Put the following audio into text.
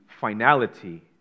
finality